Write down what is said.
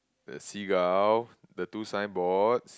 the seagull the two signboard